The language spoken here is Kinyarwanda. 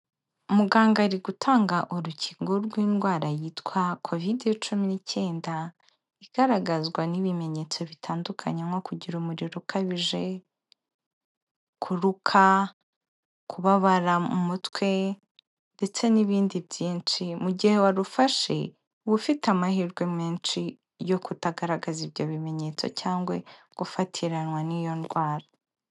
Muganga ari gutanga urukingo rw'indwara yitwa Kovide cumi n'icyenda, igaragazwa n'ibimenyetso bitandukanye nko kugira umuriro ukabije, kuruka, kubabara mu mutwe ndetse n'ibindi byinshi. Mu gihe warufashe uba ufite amahirwe menshi yo kutagaragaza ibyo bimenyetso cyangwa gufatiranwa n'iyo ndwara.